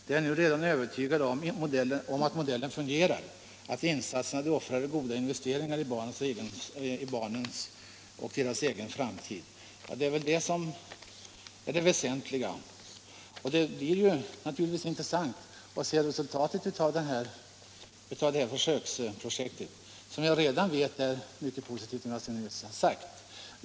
De är redan nu övertygade om att modellen fungerar, att insatserna de offrar är goda investeringar i barnens och deras egen framtid. Det är väl det som är väsentligt, och det blir naturligtvis intressant att se resultatet av detta försöksprojekt som redan visat sig vara mycket positivt.